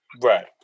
Right